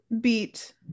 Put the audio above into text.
beat